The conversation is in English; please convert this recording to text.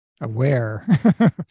aware